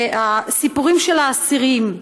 הסיפורים של האסירים,